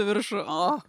į viršų o